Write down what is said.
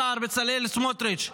השר בצלאל סמוטריץ',